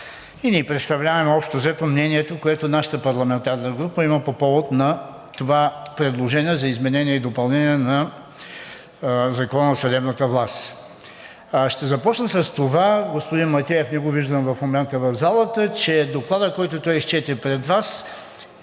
Ние представляваме общо взето мнението, което нашата парламентарна група има по повод на това предложение за изменение и допълнение на Закона за съдебната власт. Ще започна с това – господин Матеев не го виждам в момента в залата, че Докладът, който изчете пред Вас